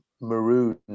Maroon